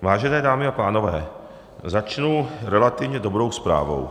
Vážené dámy a pánové, začnu relativně dobrou zprávou.